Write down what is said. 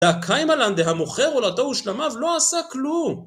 והא קיימא לן דהמוכר עולתו או שלמיו לא עשה כלום